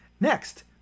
Next